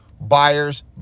buyers